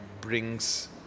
brings